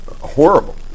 Horrible